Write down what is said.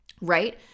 right